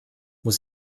muss